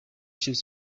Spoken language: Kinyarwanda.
chief